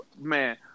Man